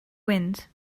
wind